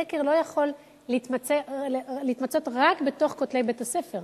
החקר לא יכול להתמצות רק בין כותלי בית-הספר.